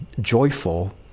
joyful